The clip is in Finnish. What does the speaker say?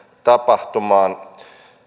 tapahtumaan